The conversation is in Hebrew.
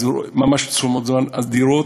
ממש תשומות זמן אדירות,